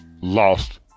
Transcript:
lost